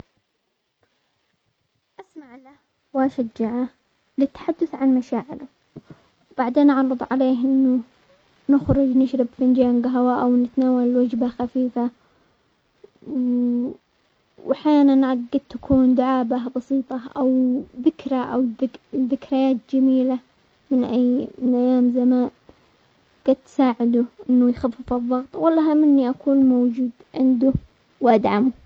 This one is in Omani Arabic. اسمع له واشجعه للتحدث عن مشاعره، بعدين اعرض عليه انه نخرج نشرب فنجان قهوة او نتناول وجبة خفيفة، واحيانا تكون دعابة بسيطة او ذكرى او ذ-ذكريات جميلة من اي-من ايام زمان قد تساعده انه يخفف الظغط، والاهم اني اكون موجود عنده وادعمه.